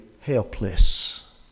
helpless